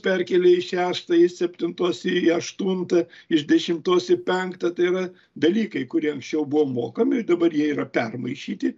perkėlė į šeštą iš septintos į aštuntą iš dešimtos į penktą tai yra dalykai kurie anksčiau buvo mokami dabar jie yra permaišyti